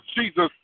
Jesus